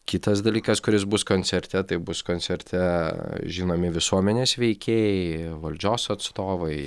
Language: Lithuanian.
kitas dalykas kuris bus koncerte tai bus koncerte žinomi visuomenės veikėjai valdžios atstovai